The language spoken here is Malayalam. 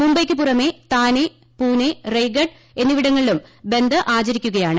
മുംബൈയ്ക്ക് പുറമെ താനെ പുനെ റെയ്ഗഡ് എന്നിവിടങ്ങളിലും ബന്ദ് ആചരിക്കുകയാണ്